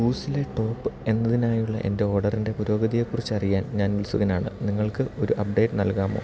കൂവ്സിലെ top എന്നതിനായുള്ള എൻ്റെ ഓർഡറിൻ്റെ പുരോഗതിയെക്കുറിച്ച് അറിയാൻ ഞാൻ ഉത്സുകനാണ് നിങ്ങൾക്ക് ഒരു അപ്ഡേറ്റ് നൽകാമോ